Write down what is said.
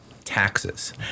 taxes